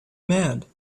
mad